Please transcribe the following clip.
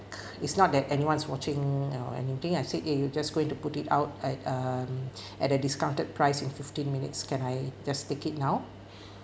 it's not that anyone's watching or anything I said eh you just going to put it out at um at a discounted price in fifteen minutes can I just take it now